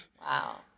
Wow